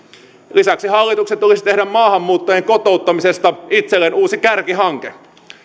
lisäksi hallituksen tulisi tehdä maahanmuuttajien kotouttamisesta itselleen uusi kärkihanke